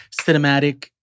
cinematic